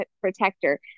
protector